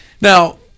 Now